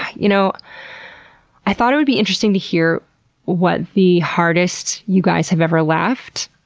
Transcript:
you know i thought it would be interesting to hear what the hardest you guys have ever laughed.